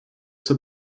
zur